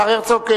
השר הרצוג,